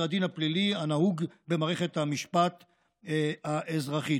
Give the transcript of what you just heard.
הדין הפלילי הנהוג במערכת המשפט האזרחית,